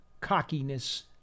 cockiness